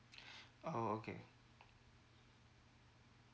oh okay